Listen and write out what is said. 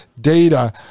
data